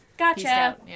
Gotcha